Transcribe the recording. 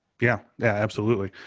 yeah yeah, absolutely.